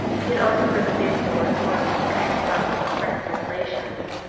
he had also heard the favourable reports and kindly gossip of friends and relations.